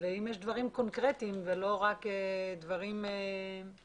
ואם יש דברים קונקרטיים ולא רק דברים במקרו,